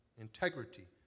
Integrity